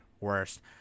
Worst